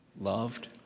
loved